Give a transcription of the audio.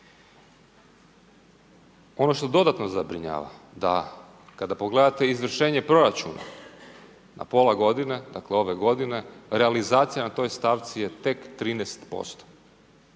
Ono što dodatno zabrinjava da kada pogledate izvršenje proračuna na pola godine, dakle ove godine, realizacija na toj stavci je tek 13%.